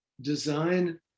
design